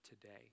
today